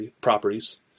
properties